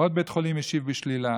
עוד בית חולים השיב בשלילה,